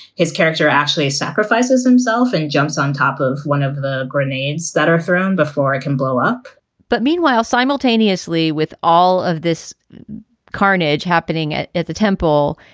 his character actually sacrifices himself and jumps on top of one of the grenades that are thrown before before i can blow up but meanwhile, simultaneously, with all of this carnage happening at at the temple,